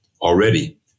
already